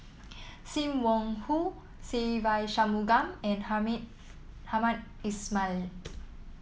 Sim Wong Hoo Se Ve Shanmugam and Hamed Ismail